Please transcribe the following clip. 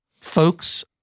Folks